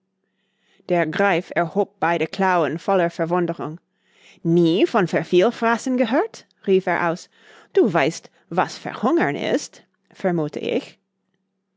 der greif erhob beide klauen voller verwunderung nie von vervielfraßen gehört rief er aus du weißt was verhungern ist vermuthe ich